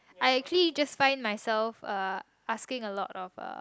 I actually just find myself uh asking a lot of uh